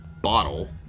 bottle